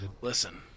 Listen